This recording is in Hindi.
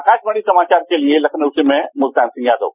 आकाशवाणी समाचार के लिए लखनऊ से मैं मुल्तान सिंह यादव